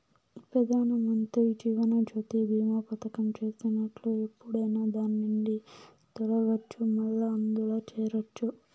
పెదానమంత్రి జీవనజ్యోతి బీమా పదకం చేసినట్లు ఎప్పుడైనా దాన్నిండి తొలగచ్చు, మల్లా అందుల చేరచ్చు